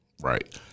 Right